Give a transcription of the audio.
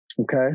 Okay